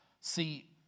See